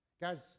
Guys